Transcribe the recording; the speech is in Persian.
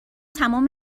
تمام